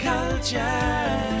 Culture